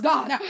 God